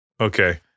Okay